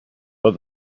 but